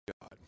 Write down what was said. God